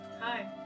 Hi